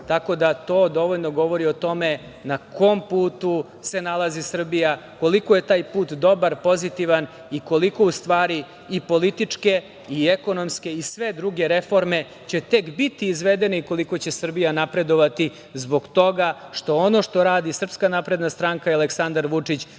plus“.To dovoljno govori o tome na kom putu se nalazi Srbija, koliko je taj put dobar, pozitivan i koliko u stvari i političke i ekonomske i sve druge reforme će tek biti izvedene i koliko će Srbija napredovati zbog toga što ono što radi SNS i Aleksandar Vučić